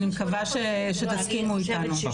אני מקווה שתסכימו איתנו.